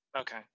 Okay